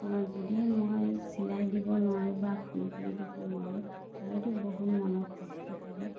যদিহে মই চিলাই দিব নোৱাৰোঁ বা ফুল কৰি দিব নোৱাৰোঁ তাইতো বহুত মনত কষ্ট পাব